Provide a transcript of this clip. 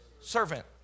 servant